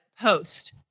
post